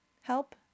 help